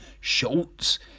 Schultz